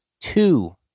two